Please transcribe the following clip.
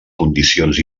condicions